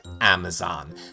Amazon